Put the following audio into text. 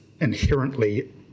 inherently